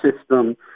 system